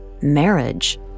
marriage